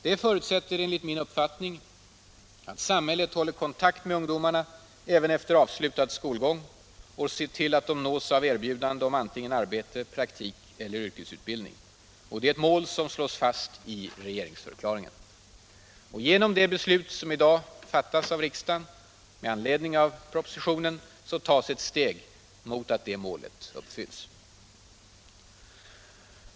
Detta förutsätter enligt min uppfattning att samhället håller kontakt med ungdomarna även efter avslutad skolgång och ser till att de nås av erbjudande om antingen arbete, praktik eller yrkesutbildning. Det är ett mål som slås fast också i regeringsförklaringen. Herr talman! Med detta anser jag mig ha besvarat herr Werners interpellation.